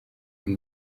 ngo